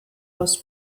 was